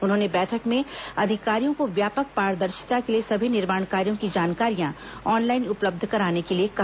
उन्होंने बैठक में अधिकारियों को व्यापक पारदर्शिता के लिए सभी निर्माण कार्यों की जानकारियां ऑनलाइन उपलब्ध कराने के लिए कहा